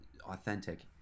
authentic